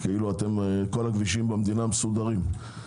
כאילו כל הכבישים במדינה מסודרים.